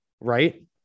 Right